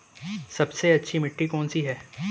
सबसे अच्छी मिट्टी कौन सी है?